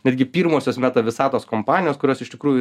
netgi pirmosios meta visatos kompanijos kurios iš tikrųjų